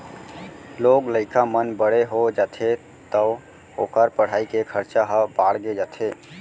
लोग लइका मन बड़े हो जाथें तौ ओकर पढ़ाई के खरचा ह बाड़गे जाथे